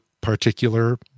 particular